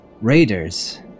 Raiders